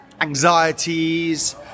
Anxieties